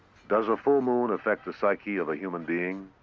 does a full moon affect the psyche of a human being?